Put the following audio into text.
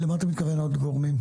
למה אתה מתכוון בעוד גורמים?